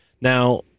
Now